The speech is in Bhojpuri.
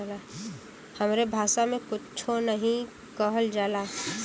हमरे भासा मे कुच्छो नाहीं कहल जाला